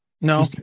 No